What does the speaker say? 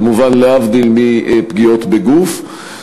כמובן להבדיל מפגיעות בגוף,